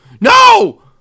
no